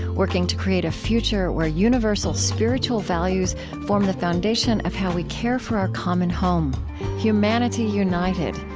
working to create a future where universal spiritual values form the foundation of how we care for our common home humanity united,